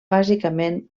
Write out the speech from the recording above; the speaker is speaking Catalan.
bàsicament